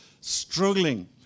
struggling